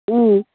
ꯎꯝ